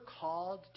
called